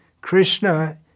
Krishna